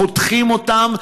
חותכים אותן,